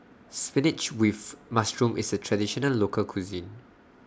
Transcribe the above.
Spinach with Mushroom IS A Traditional Local Cuisine